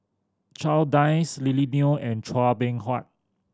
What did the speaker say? Charles Dyce Lily Neo and Chua Beng Huat